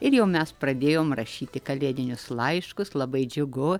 ir jau mes pradėjom rašyti kalėdinius laiškus labai džiugu